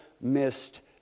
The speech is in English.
missed